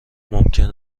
ممکن